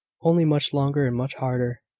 only much longer and much harder.